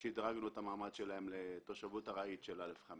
שדרגנו את המעמד שלהם לתושבות ארעית של א'5.